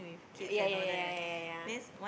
ya ya ya ya ya ya ya